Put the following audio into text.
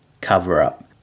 cover-up